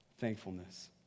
thankfulness